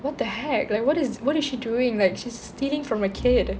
what the heck like what is what is she doing like she's stealing from a kid